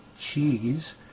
Cheese